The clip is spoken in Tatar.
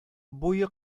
буе